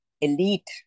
elite